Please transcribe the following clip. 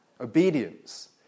Obedience